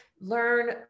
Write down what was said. learn